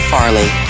Farley